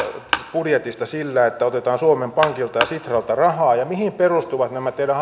budjetista sillä että otetaan suomen pankilta ja sitralta rahaa ja mihin perustuvat nämä teidän